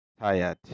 tired